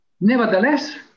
Nevertheless